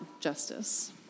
justice